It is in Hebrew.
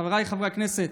חבריי חברי הכנסת,